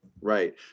Right